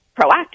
proactive